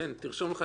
תרשמו את ההערות.